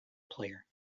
player